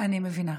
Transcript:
אני מבינה.